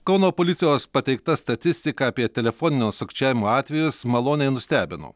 kauno policijos pateikta statistika apie telefoninio sukčiavimo atvejus maloniai nustebino